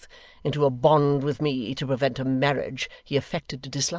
into a bond with me to prevent a marriage he affected to dislike,